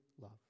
love